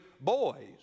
boys